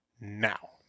now